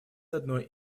одной